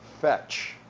fetch